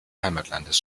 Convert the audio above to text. heimatlandes